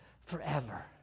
forever